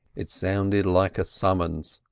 it sounded like a summons,